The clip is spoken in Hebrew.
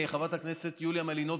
חברת הכנסת יוליה מלינובסקי,